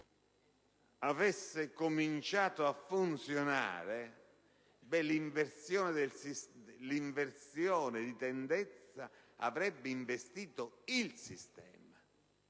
avesse cominciato a funzionare, l'inversione di tendenza lo avrebbe investito nel suo